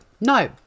No